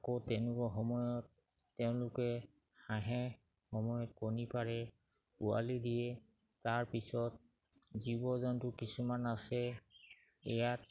আকৌ তেনেকুৱা সময়ত তেওঁলোকে হাঁহে সময়ত কণী পাৰে পোৱালি দিয়ে তাৰপিছত জীৱ জন্তু কিছুমান আছে ইয়াত